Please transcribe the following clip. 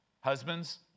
Husbands